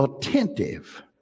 attentive